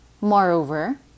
Moreover